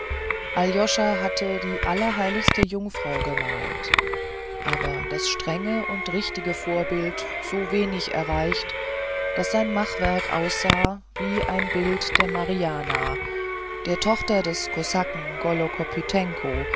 aljoscha hatte die allerheiligste jungfrau gemalt aber das strenge und richtige vorbild so wenig erreicht daß sein machwerk aussah wie ein bild der mariana der tochter des kosaken